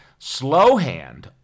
Slowhand